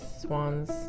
swans